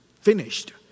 finished